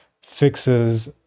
fixes